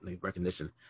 recognition